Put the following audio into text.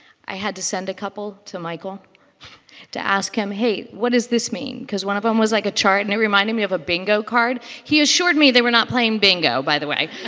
i had to send a couple to michael to ask him, hey, what does this mean? because one of them was like chart and it reminded me of a bingo card. he assured me they were not playing bingo, by the way.